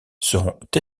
seront